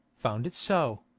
found it so.